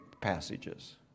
passages